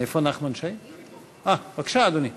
בבקשה, אדוני.